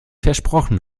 versprochen